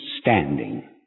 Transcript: standing